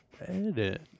edit